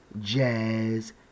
jazz